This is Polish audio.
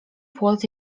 płot